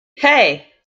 hey